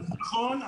נכון.